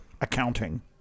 accounting